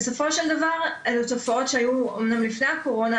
בסופו של דבר אלו תופעות שהיו אומנם לפני הקורונה